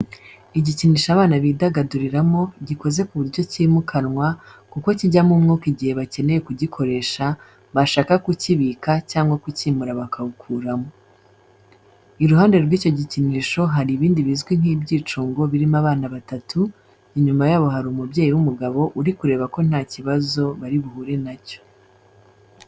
Igikinisho abana bidagaduriramo gikoze ku buryo cyimukanwa kuko kijyamo umwuka igihe bakeneye kugikoresha bashaka kukibika cyangwa kucyimura bakawukuramo. Iruhande rw'icyo gikinisho hari ibindi bizwi nk'ibyicungo birimo abana batatu, inyuma yabo hari umubyeyi w'umugabo uri kureba ko nta kibazo bari buhure na cyo.